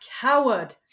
coward